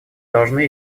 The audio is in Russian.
должны